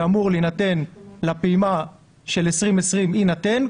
שאמור להינתן לפעימה של 2020 יינתן,